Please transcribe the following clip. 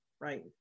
right